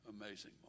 amazing